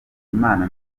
imana